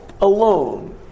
alone